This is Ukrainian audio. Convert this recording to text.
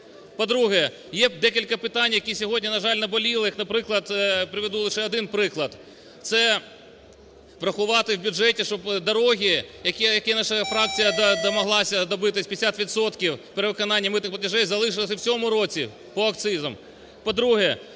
По-друге, є декілька питань, які сьогодні, на жаль, наболілих, приведу лише один приклад, це врахувати в бюджеті, щоб дороги, які наша фракція домоглася добитись 50 відсотків перевиконання митних платежів, залишилась і в цьому по акцизам.